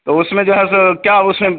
तो उसमें जो है सो क्या उसमें